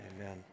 Amen